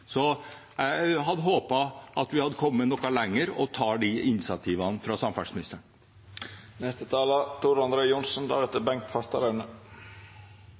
Jeg hadde håpet at vi hadde kommet noe lenger, og at de initiativene blir tatt fra samferdselsministeren.